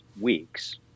weeks